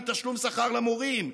תודה.